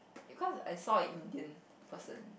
because I saw an Indian person